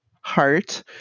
heart